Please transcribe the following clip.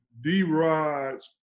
D-Rod's